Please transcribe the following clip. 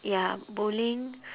ya bowling